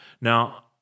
Now